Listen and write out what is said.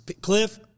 Cliff